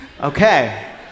Okay